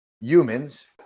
humans